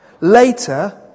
Later